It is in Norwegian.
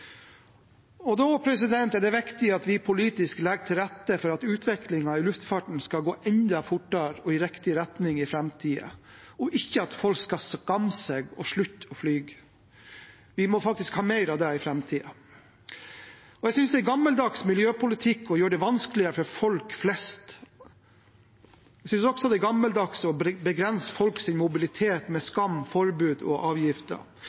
ende. Da er det viktig at vi politisk legger til rette for at utviklingen i luftfarten skal gå enda fortere og i riktig retning i framtiden, ikke at folk skal skamme seg og slutte å fly. Vi må faktisk ha mer av det i framtiden. Jeg synes det er gammeldags miljøpolitikk å gjøre det vanskeligere for folk flest. Jeg synes også det er gammeldags å begrense folks mobilitet med skam, forbud og avgifter.